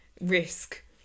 risk